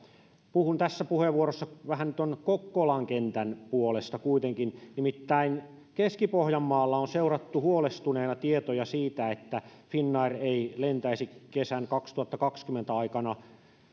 puhun tässä puheenvuorossa vähän tuon kokkolan kentän puolesta kuitenkin nimittäin keski pohjanmaalla on seurattu huolestuneena tietoja siitä että finnair ei lentäisi kesän kaksituhattakaksikymmentä aikana